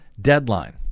deadline